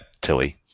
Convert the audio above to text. Tilly